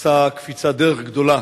עשה קפיצת דרך גדולה